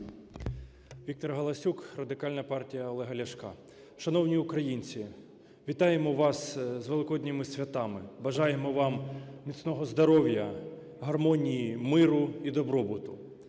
Віктор Галасюк, Радикальна партія Олега Ляшка. Шановні українці, вітаємо вас з Великодніми святами, бажаємо вам міцного здоров'я, гармонії, миру і добробуту!